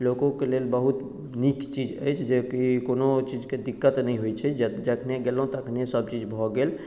लोकोके लेल बहुत नीक चीज अछि जेकि कोनो चीजके दिक्कत नहि होइत छै जखने गेलहुँ तखने सभ चीज भऽ गेल